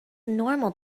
normal